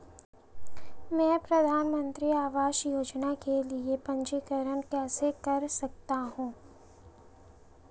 मैं प्रधानमंत्री आवास योजना के लिए पंजीकरण कैसे कर सकता हूं?